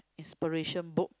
inspiration book